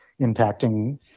impacting